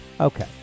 okay